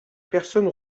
personne